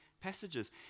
Passages